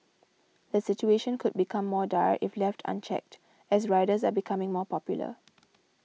the situation could become more dire if left unchecked as riders are becoming more popular